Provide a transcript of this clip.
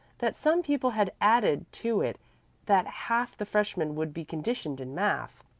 that some people had added to it that half the freshmen would be conditioned in math.